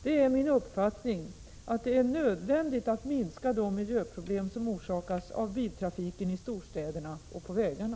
Det är min uppfattning att det är nödvändigt att minska de miljöproblem som orsakas av biltrafiken i storstäderna och på vägarna.